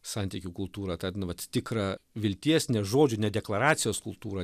santykių kultūrą tą nu vat tikrą vilties ne žodžių ne deklaracijos kultūrą